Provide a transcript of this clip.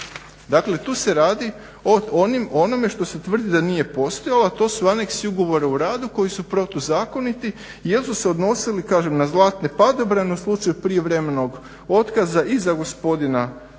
Dakle, tu se radi o onome što se tvrdi da nije postojalo, a to su aneksi ugovora o radu koji su protuzakoniti jel su se odnosili, kažem na zlatne padobrane u slučaju prijevremenog otkaza i za gospodina Lučića